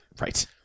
Right